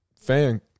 fan